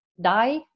die